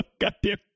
goddamn